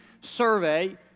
survey